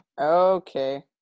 Okay